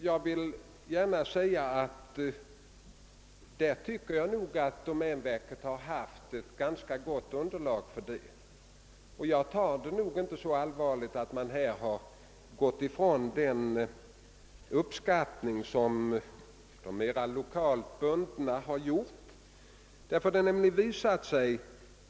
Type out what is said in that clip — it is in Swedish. Jag vill gärna säga att jag tycker att domänverket där har haft ett ganska gott underlag för detta, och jag tar det inte så särskilt allvarligt att man där har gått ifrån den uppskattning av skogen som de mera lokalt bundna har gjort.